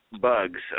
bugs